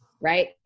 right